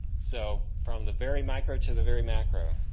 so from the very micro to the very macro.